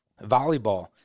Volleyball